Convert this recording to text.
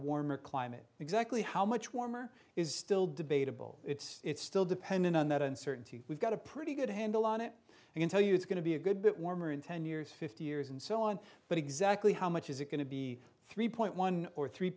warmer climate exactly how much warmer is still debatable it's still dependent on that uncertainty we've got a pretty good handle on it and can tell you it's going to be a good bit warmer in ten years fifty years and so on but exactly how much is it going to be three point one or three